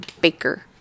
baker